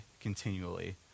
continually